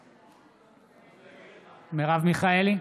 אינו נוכח מרב מיכאלי,